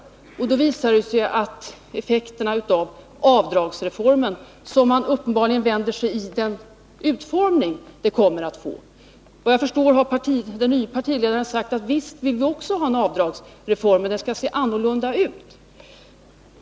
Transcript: Moderaterna vänder sig mot de effekter som avdragsreformen kommer att få med den utformning som nu föreslås. Efter vad jag förstår har den nye partiledaren sagt att visst vill moderaterna också ha en avdragsreform, men den skall se annorlunda ut.